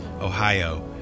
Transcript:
Ohio